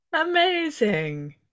Amazing